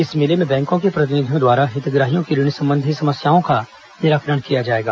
इस मेले में बैंकों के प्रतिनिधियों द्वारा हितग्राहियों की ऋण संबंधी समस्याओं का निराकरण किया जाएगा